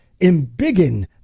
embiggen